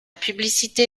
publicité